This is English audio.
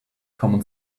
common